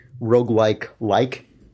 roguelike-like